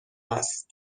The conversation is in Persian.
است